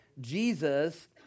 Jesus